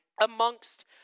amongst